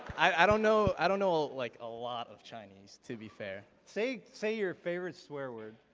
i don't know. i don't know like a lot of chinese, to be fair. say say your favorite swear word.